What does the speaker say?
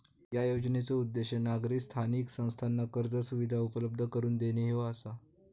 या योजनेचो उद्देश नागरी स्थानिक संस्थांना कर्ज सुविधा उपलब्ध करून देणे ह्यो आसा